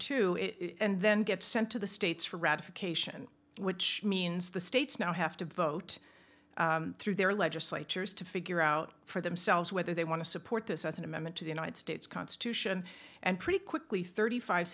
two and then gets sent to the states for ratification which means the states now have to vote through their legislatures to figure out for themselves whether they want to support this as an amendment to the united states constitution and pretty quickly thirty five